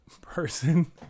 person